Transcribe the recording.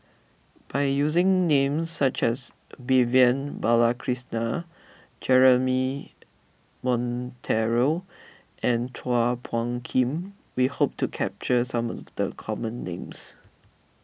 by using names such as Vivian Balakrishnan Jeremy Monteiro and Chua Phung Kim we hope to capture some of the common names